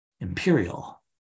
imperial